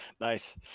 Nice